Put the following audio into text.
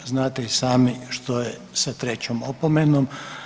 Znate i sami što je sa trećom opomenom.